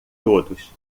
todos